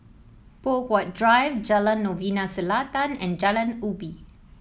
Poh Huat Drive Jalan Novena Selatan and Jalan Ubi